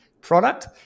product